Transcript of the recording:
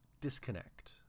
disconnect